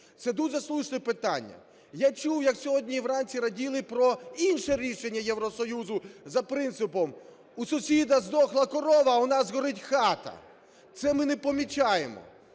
Це дуже слушне питання. Я чув, як сьогодні вранці раділи про інше рішення Євросоюзу, за принципом: "у сусіда здохла корова, а у нас горить хата". Це ми не помічаємо.